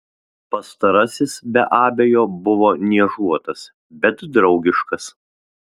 pastarasis be abejo buvo niežuotas bet draugiškas